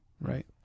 right